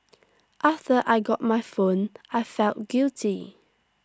after I got my phone I felt guilty